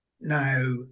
now